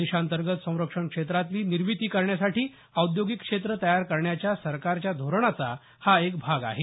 देशाअंतर्गत संरक्षण क्षेत्रातली निर्मिती करण्यासाठी औद्योगिक क्षेत्र तयार करण्याच्या सरकारच्या धोरणाचा हा एक भाग आहे